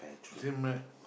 same right